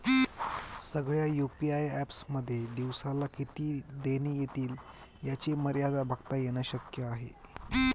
सगळ्या UPI apps मध्ये दिवसाला किती देणी एतील याची मर्यादा बघता येन शक्य आहे